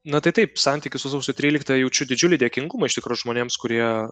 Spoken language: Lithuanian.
na tai taip santykis su sausio trylikta jaučiu didžiulį dėkingumą iš tikro žmonėms kurie